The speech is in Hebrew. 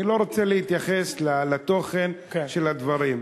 אני לא רוצה להתייחס לתוכן של הדברים,